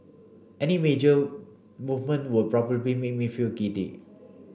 any major movement would probably make me feel giddy